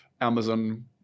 Amazon